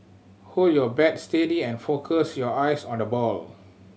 hold your bat steady and focus your eyes on the ball